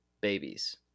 Babies